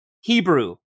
Hebrew